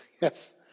Yes